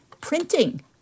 printing